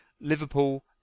Liverpool